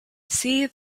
see